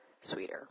sweeter